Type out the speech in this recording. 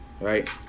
Right